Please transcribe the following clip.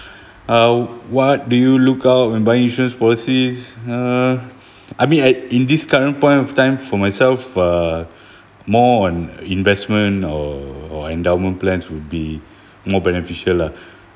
uh what do you look out when buy insurance policies uh I mean I in this current point of time for myself uh more on investment or or endowment plans would be more beneficial lah